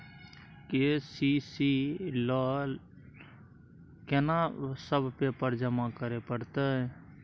KCC ल केना सब पेपर जमा करै परतै?